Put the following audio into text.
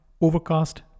Overcast